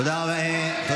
לא נשים מעניינות אותך,